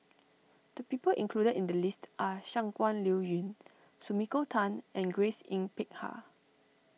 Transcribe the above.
the people included in the list are Shangguan Liuyun Sumiko Tan and Grace Yin Peck Ha